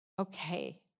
okay